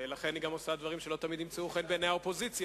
ולכן היא עושה דברים שלא תמיד ימצאו חן בעיני האופוזיציה,